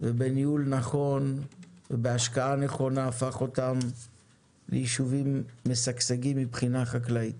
ובניהול נכון ובהשקעה נכונה הפך אותן ליישובים משגשגים מבחינה חקלאית.